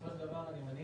בסופו של דבר, אני מניח,